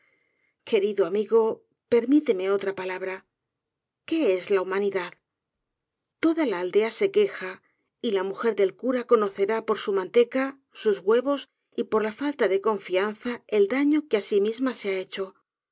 querido amigo permíteme otra palabra qué es la humanidad toda la aldea se queja y la mujer del cura conocerá por su manteca sus huevos y por la falta de confianza el daño que á sí misma se ha hecho